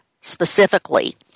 specifically